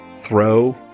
throw